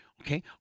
okay